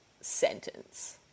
sentence